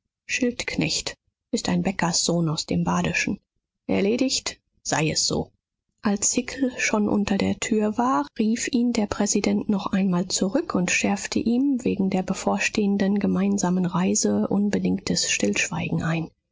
ist ein bäckerssohn aus dem badischen erledigt sei es so als hickel schon unter der tür war rief ihn der präsident noch einmal zurück und schärfte ihm wegen der bevorstehenden gemeinsamen reise unbedingtes stillschweigen ein